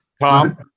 Tom